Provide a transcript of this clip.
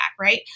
right